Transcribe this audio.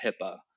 HIPAA